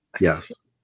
Yes